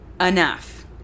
enough